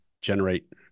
generate